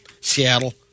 Seattle